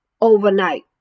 overnight